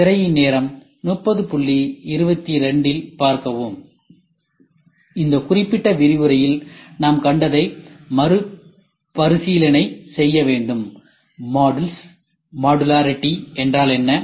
திரையின் நேரம் 3022 ல் பார்க்கவும் இந்த குறிப்பிட்ட விரிவுரையில் நாம் கண்டதை மறுபரிசீலனை செய்ய வேண்டும் மாடுல்ஸ் மாடுலரிட்டி என்றால் என்ன